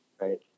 Right